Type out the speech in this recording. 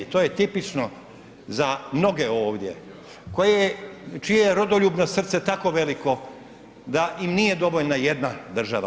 To je tipično za mnoge ovdje čije je rodoljubno srce tako veliko da im nije dovoljna jedna država.